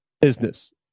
business